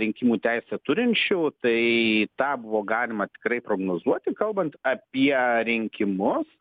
rinkimų teisę turinčių tai tą buvo galima tikrai prognozuoti kalbant apie rinkimus